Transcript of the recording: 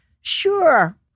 sure